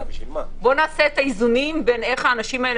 בואו נעשה את האיזונים בין איך האנשים האלה